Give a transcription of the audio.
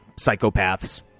psychopaths